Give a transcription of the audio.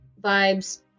vibes